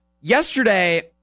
Yesterday